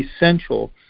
essential